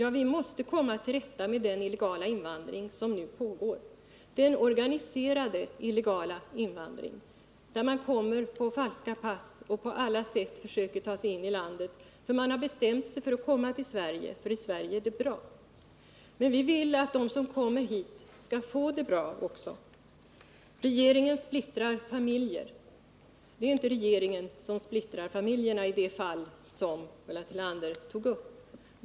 Ja, vi måste komma till rätta med den illegala invandring som nu pågår, den organiserade illegala invandringen där människorna kommer med falska pass och på alla sätt försöker ta sig in i landet därför att de bestämt sig för att komma till Sverige, för i Sverige är d2t bra. Men vi vill att de som kommer hit också skall få det bra. Regeringen splittrar familjer. Det är inte regeringen som splittrar familjerna i de fall Ulla Tillander tog upp.